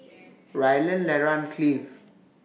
Rylan Lera and Cleave